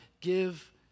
Give